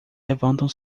levantam